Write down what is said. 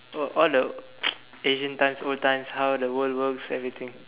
oh all the ancient times old times how the world works everything